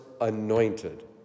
anointed